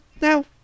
now